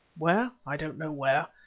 where? i don't know where.